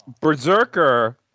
Berserker